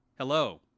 Hello